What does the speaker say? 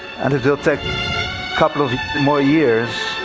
and it'll take couple of more years